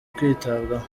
kwitabwaho